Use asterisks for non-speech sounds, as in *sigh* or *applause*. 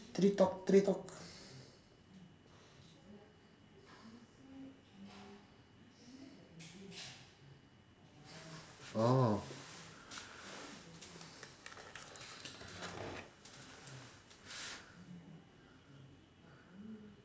*noise* oh